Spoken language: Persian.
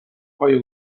پایه